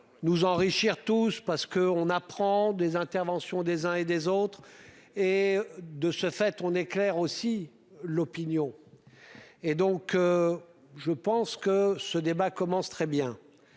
Nous enrichir tous parce que on apprend des interventions des uns et des autres et de ce fait, on est claire aussi l'opinion. Et donc. Je pense que ce débat commence très bien.